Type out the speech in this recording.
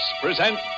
present